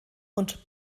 und